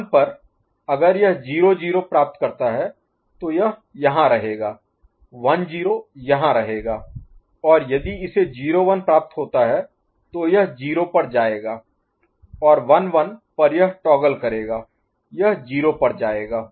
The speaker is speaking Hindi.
1 पर अगर यह 0 0 प्राप्त करता है तो यह यहाँ रहेगा 1 0 यहाँ रहेगा और यदि इसे 0 1 प्राप्त होता है तो यह 0 पर जाएगा और 1 1 पर यह टॉगल करेगा यह 0 पर जाएगा